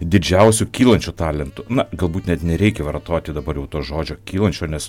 didžiausiu kylančiu talentu na galbūt net nereikia vartoti dabar jau to žodžio kylančio nes